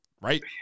right